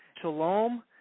Shalom